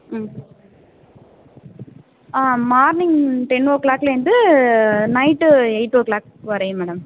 ம் ஆ morning ten ஓ க்ளாக்லேருந்து நைட் எயிட் ஓ க்ளாக் வரையும் மேடம்